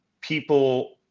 people